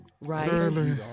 right